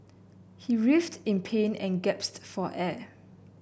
he writhed in pain and for air